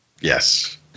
Yes